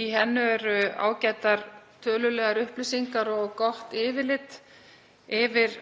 í henni eru ágætar tölulegar upplýsingar og gott yfirlit yfir